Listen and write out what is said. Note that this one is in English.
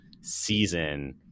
season